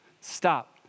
stop